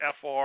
FR